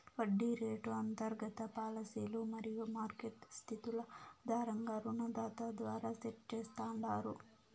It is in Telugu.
వడ్డీ రేటు అంతర్గత పాలసీలు మరియు మార్కెట్ స్థితుల ఆధారంగా రుణదాత ద్వారా సెట్ చేస్తాండారు